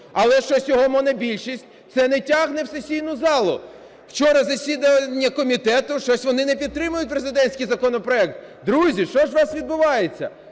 але щось його монобільшість це не тягне в сесійну залу. Вчора засідання комітету, щось вони не підтримують президентський законопроект. Друзі, що ж у вас відбувається?